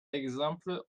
d’exemples